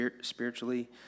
spiritually